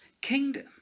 kingdom